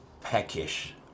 peckish